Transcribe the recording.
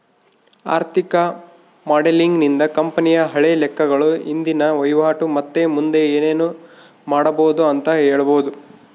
ಆರ್ಥಿಕ ಮಾಡೆಲಿಂಗ್ ನಿಂದ ಕಂಪನಿಯ ಹಳೆ ಲೆಕ್ಕಗಳು, ಇಂದಿನ ವಹಿವಾಟು ಮತ್ತೆ ಮುಂದೆ ಏನೆನು ಮಾಡಬೊದು ಅಂತ ಹೇಳಬೊದು